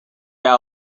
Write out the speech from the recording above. are